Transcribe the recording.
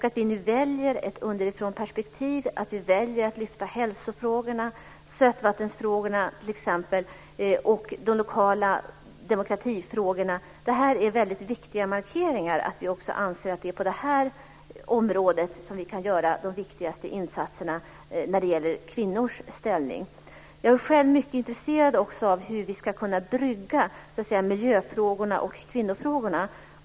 Att vi nu väljer ett underifrånperspektiv och att lyfta fram t.ex. hälsofrågorna, sötvattensfrågorna och de lokala demokratifrågorna är väldigt viktiga markeringar av att vi anser att det är på dessa områden som vi kan göra de viktigaste insatserna när det gäller kvinnors ställning. Jag är själv mycket intresserad av hur vi ska kunna koppla ihop miljöfrågorna och kvinnofrågorna.